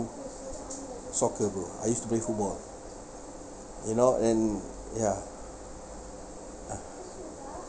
soccer bro I used to play football you know and ya ah